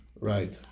Right